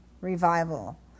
revival